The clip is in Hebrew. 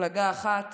מפלגה אחת